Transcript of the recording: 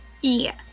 Yes